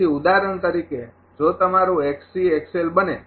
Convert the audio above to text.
તેથી ઉદાહરણ તરીકે જો તમારું બને